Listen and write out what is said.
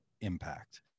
impact